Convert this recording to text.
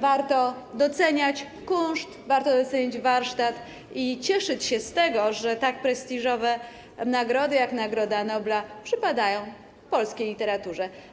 warto doceniać kunszt, warto docenić warsztat i cieszyć się z tego, że tak prestiżowe nagrody jak Nagroda Nobla przypadają polskiej literaturze.